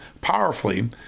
powerfully